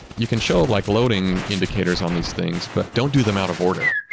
you can show like loading indicators on these things, but don't do them out of order.